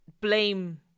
blame